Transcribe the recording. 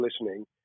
listening